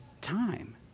time